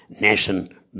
nation